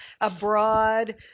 abroad